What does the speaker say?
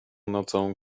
nocą